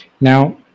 Now